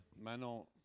Manon